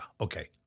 okay